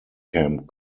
camp